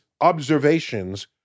observations